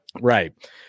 Right